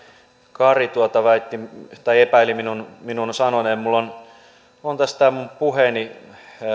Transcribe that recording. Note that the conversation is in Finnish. kari väitti tai epäili minun minun sanoneen minulla on tässä tämä minun puheeni